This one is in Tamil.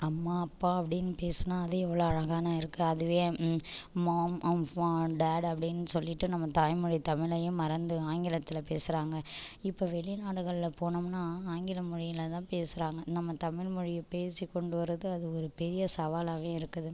அம்மா அப்பா அப்படின்னு பேசுனால் அது எவ்வளோ அழகான இருக்குது அதுவே மாம் டாட் அப்படின்னு சொல்லிட்டு நம்ம தாய் மொழி தமிழையும் மறந்து ஆங்கிலத்தில் பேசுகிறாங்க இப்போ வெளி நாடுகள்ல போனோம்னால் ஆங்கில மொழியில் தான் பேசுகிறாங்க நம்ம தமிழ் மொழியை பேசி கொண்டு வரது அது ஒரு பெரிய சவாலாகவே இருக்குது